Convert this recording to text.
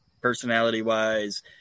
personality-wise